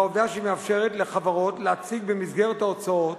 בעובדה שהיא מאפשרת לחברות להציג במסגרת ההוצאות